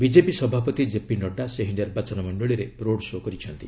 BJP ସଭାପତି ଜେପି ନଡ୍ରା ସେହି ନିର୍ବାଚନ ମଣ୍ଡଳୀରେ ରୋଡ୍ଶୋ କରିଛନ୍ତି